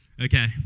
Okay